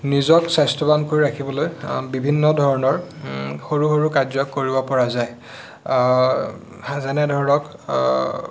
নিজৰ স্বাস্থ্যৱান কৰি ৰাখিবলৈ বিভিন্ন ধৰণৰ সৰু সৰু কাৰ্য কৰিব পৰা যায় যেনে ধৰক